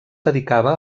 dedicava